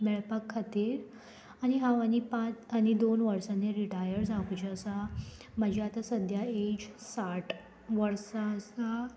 मेळपा खातीर आनी हांव आनी पांच आनी दोन वर्सांनी रिटायर जावपाची आसा म्हजी आतां सद्द्या एज साठ वर्सां आसा